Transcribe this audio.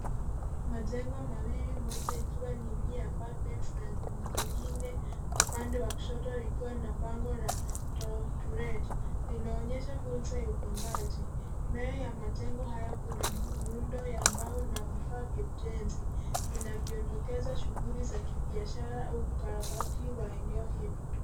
Majengo mawili, moja likiwa ni (cs)new apartments(cs) na jingine upande wa kushoto likiwa na bango la (cs)To rent(cs) linaonyesha fursa ya upangaji. Mbele ya majengo haya kuna miundo ya mbao na vifaa vya ujenzi, vinavyodokeza shughuli za kibiashara au ukarabati wa eneo hilo.